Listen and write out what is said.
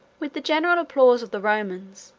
with the general applause of the romans,